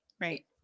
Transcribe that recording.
Right